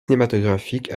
cinématographiques